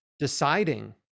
deciding